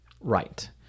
Right